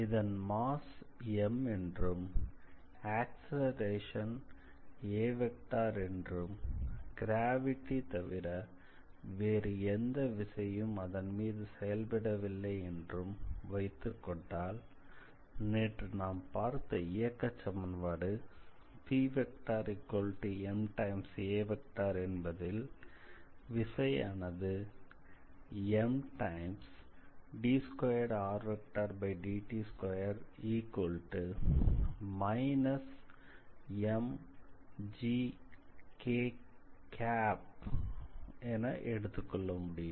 இதன் mass m என்றும் acceleration a என்றும் கிராவிட்டி தவிர வேறு எந்த விசையும் அதன்மீது செயல்படவில்லை என்றும் வைத்துக்கொண்டால் நேற்று நாம் பார்த்த இயக்கச் சமன்பாடு Pma என்பதில் விசையானது md2rdt2−mgkஎன எடுத்துக்கொள்ள முடியும்